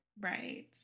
right